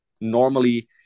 normally